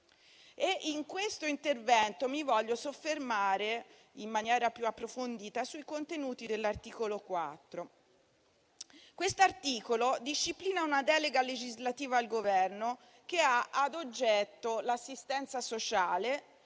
In questo intervento mi voglio soffermare in maniera più approfondita sui contenuti dell'articolo 4, che disciplina una delega legislativa al Governo il cui oggetto è l'assistenza sanitaria